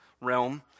realm